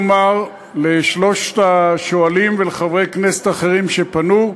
אומר לשלושת השואלים ולחברי כנסת אחרים שפנו,